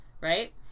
right